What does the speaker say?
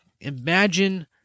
imagine